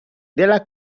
della